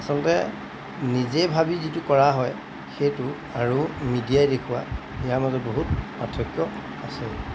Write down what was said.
আচলতে নিজে ভাবি যিটো কৰা হয় সেইটো আৰু মিডিয়াই দেখুওৱা ইয়াৰ মাজত বহুত পাৰ্থক্য আছে